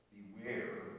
Beware